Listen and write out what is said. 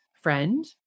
friend